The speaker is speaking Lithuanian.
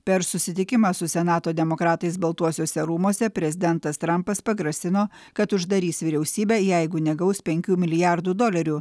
per susitikimą su senato demokratais baltuosiuose rūmuose prezidentas trampas pagrasino kad uždarys vyriausybę jeigu negaus penkių milijardų dolerių